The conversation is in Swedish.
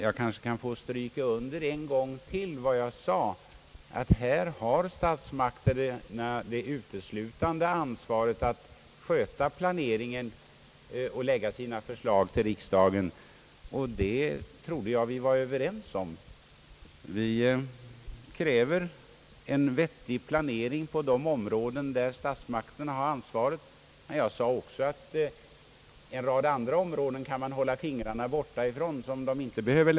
Jag kanske ännu en gång kan få stryka under, att här har statsmakterna ansvaret att sköta plane ringen och lägga sina förslag till riksdagen. Det trodde jag vi var överens om. Vi kräver en vettig planering på de områden där statsmakterna har ansvaret. Jag sade också att en rad andra områden kan man hålla fingrarna borta ifrån.